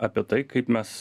apie tai kaip mes